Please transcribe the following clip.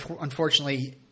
Unfortunately